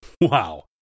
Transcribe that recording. Wow